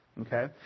Okay